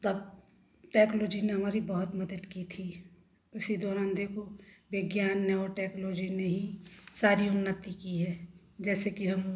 तब टेक्नोलॉजी ने हमारी बहुत मदद की थी उसी दौरान देखो विज्ञान ने और टेक्नोलॉजी ने ही सारी उन्नति की है जैसे कि हम